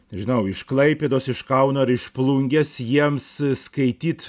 nežinau iš klaipėdos iš kauno ir iš plungės jiems skaityt